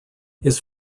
his